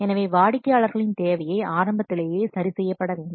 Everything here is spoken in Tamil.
எனவே வாடிக்கையாளர்களின் தேவையை ஆரம்பத்திலேயே சரி செய்யப்பட வேண்டும்